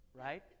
right